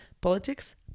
politics